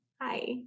hi